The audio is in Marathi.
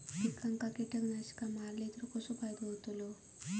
पिकांक कीटकनाशका मारली तर कसो फायदो होतलो?